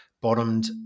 bottomed